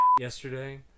yesterday